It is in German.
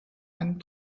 einen